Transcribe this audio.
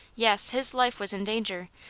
yes, his life was in danger.